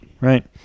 Right